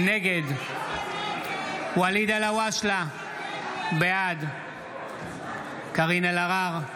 נגד ואליד אלהואשלה, בעד קארין אלהרר,